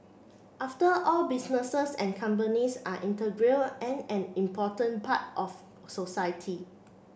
after all businesses and companies are integral and an important part of society